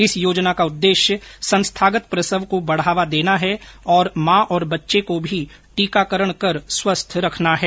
इस योजना का उद्देश्य संस्थागत प्रसव को बढ़ाना देना है और माँ और बच्चे को भी टीकाकरण कर स्वस्थ रखना है